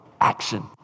Action